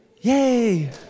Yay